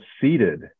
seated